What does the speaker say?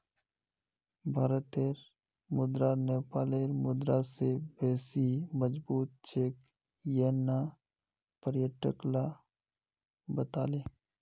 भारतेर मुद्रा नेपालेर मुद्रा स बेसी मजबूत छेक यन न पर्यटक ला बताले